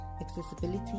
accessibility